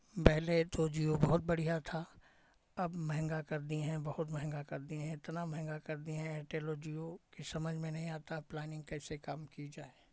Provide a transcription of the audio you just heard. पहले तो जिओ बहुत बढ़िया था अब महंगा कर दिये हैं बहुत महंगा कर दिये हैं इतना महंगा कर दिये हैं एयरटेल और जिओ कि समझ में नहीं आता है कि प्लानिंग कैसे काम की जाए